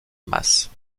masse